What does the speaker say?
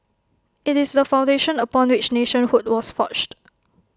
IT is the foundation upon which nationhood was forged